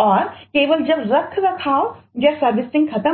और केवल जब रखरखाव या सर्विसिंगका